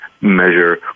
measure